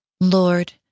Lord